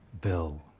Bill